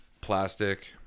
plastic